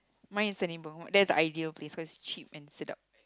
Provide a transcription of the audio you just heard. mine is Senibong that's the ideal place because it's cheap and sedap